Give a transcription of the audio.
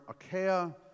Achaia